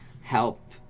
help